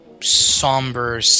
somber